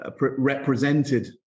represented